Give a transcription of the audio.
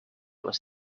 was